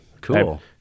Cool